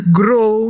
grow